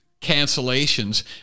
cancellations